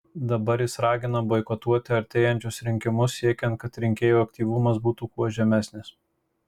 dabar jis ragina boikotuoti artėjančius rinkimus siekiant kad rinkėjų aktyvumas būtų kuo žemesnis